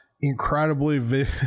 incredibly